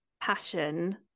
passion